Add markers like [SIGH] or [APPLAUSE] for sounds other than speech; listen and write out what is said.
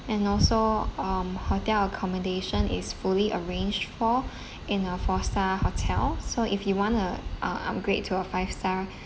and also um hotel accommodation is fully arranged for [BREATH] in a four star hotel so if you want to uh upgrade to a five star [BREATH]